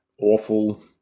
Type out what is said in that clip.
awful